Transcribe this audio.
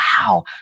wow